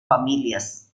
familias